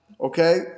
okay